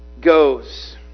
goes